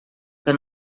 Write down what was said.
que